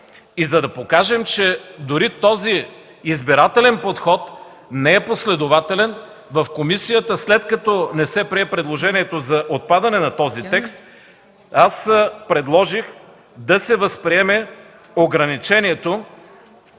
За да покажем, че дори този избирателен подход не е последователен, в комисията, след като не се прие предложението за отпадане на този текст, аз предложих да се възприеме ограничението